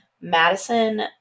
Madison